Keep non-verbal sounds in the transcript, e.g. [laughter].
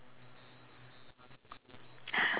[laughs]